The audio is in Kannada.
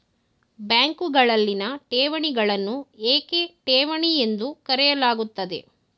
ಬ್ಯಾಂಕುಗಳಲ್ಲಿನ ಠೇವಣಿಗಳನ್ನು ಏಕೆ ಠೇವಣಿ ಎಂದು ಕರೆಯಲಾಗುತ್ತದೆ?